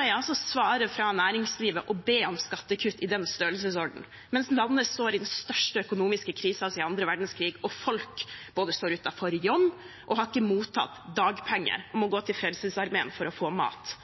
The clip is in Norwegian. er altså svaret fra næringslivet å be om skattekutt i den størrelsesordenen, mens landet står i den største økonomiske krisen siden annen verdenskrig og folk både står utenfor jobb og har ikke mottatt dagpenger og må gå til Frelsesarmeen for å få mat.